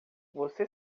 você